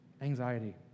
anxiety